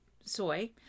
soy